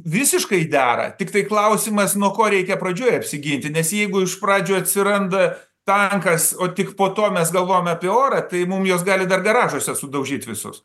visiškai dera tiktai klausimas nuo ko reikia pradžioj apsiginti nes jeigu iš pradžių atsiranda tankas o tik po to mes galvojame apie orą tai mum juos gali dar garažuose sudaužyt visus